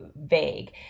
vague